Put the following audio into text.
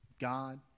God